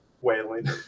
Wailing